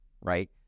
right